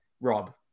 Rob